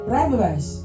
Rijbewijs